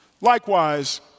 Likewise